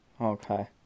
Okay